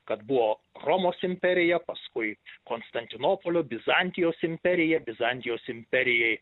kad buvo romos imperija paskui konstantinopolio bizantijos imperija bizantijos imperijai